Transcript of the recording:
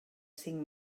cinc